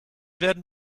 werden